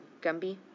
Gumby